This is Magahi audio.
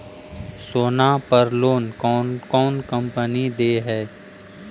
सोना पर लोन कौन कौन कंपनी दे है?